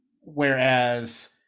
Whereas